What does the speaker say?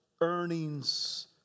earnings